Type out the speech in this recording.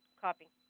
copy.